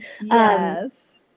Yes